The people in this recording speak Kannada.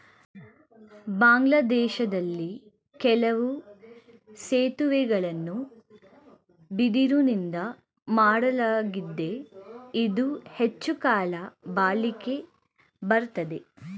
ಬಾಂಗ್ಲಾದೇಶ್ದಲ್ಲಿ ಕೆಲವು ಸೇತುವೆಗಳನ್ನ ಬಿದಿರುನಿಂದಾ ಮಾಡ್ಲಾಗಿದೆ ಇದು ಹೆಚ್ಚುಕಾಲ ಬಾಳಿಕೆ ಬರ್ತದೆ